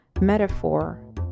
metaphor